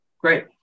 Great